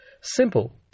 Simple